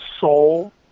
soul